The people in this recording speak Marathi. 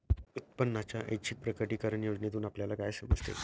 उत्पन्नाच्या ऐच्छिक प्रकटीकरण योजनेतून आपल्याला काय समजते?